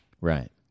Right